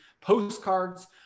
postcards